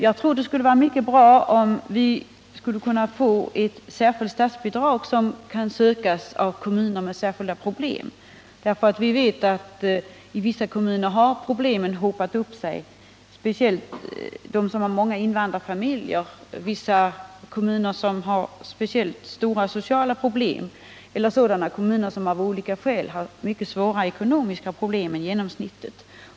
Jag tror det skulle vara mycket bra om vi kunde få ett särskilt statsbidrag, som skulle kunna sökas av kommuner med särskilda problem. Vi vet ju att i vissa kommuner har problemen hopat sig, speciellt i kommuner med många invandrarfamiljer, i kommuner med särskilt stora sociala problem eller i sådana kommuner som av olika skäl har mycket svårare ekonomiska problem än genomsnittet.